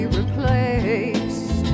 replaced